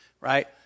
right